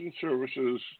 services